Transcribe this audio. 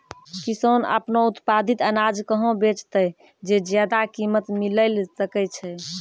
किसान आपनो उत्पादित अनाज कहाँ बेचतै जे ज्यादा कीमत मिलैल सकै छै?